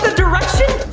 direction